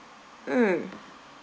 mm